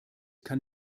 kann